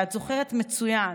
ואת זוכרת מצוין